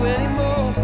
anymore